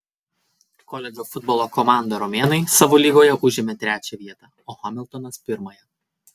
koledžo futbolo komanda romėnai savo lygoje užėmė trečią vietą o hamiltonas pirmąją